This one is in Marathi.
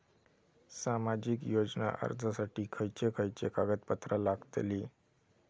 सामाजिक योजना अर्जासाठी खयचे खयचे कागदपत्रा लागतली?